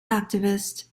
activist